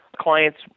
clients